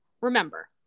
remember